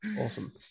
awesome